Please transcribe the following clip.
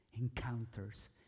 encounters